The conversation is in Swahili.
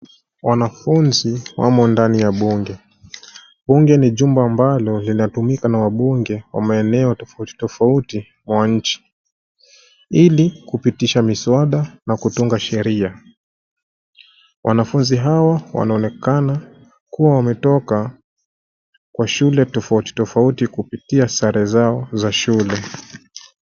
Wanafunzi wamo ndani ya bunge. Bunge ni jumba ambalo linatumika na wabunge wa maeneo tofauti tofauti ya nchi ili kupitisha miswada na kutunga sheria. Wanafunzi hawa wanaonekana kuwa wametoka kwa shile tofauti tofauti kupitia sare zao za shule.